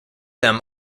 them